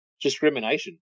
discrimination